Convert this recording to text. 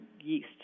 yeast